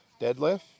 deadlift